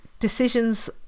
decisions